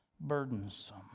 burdensome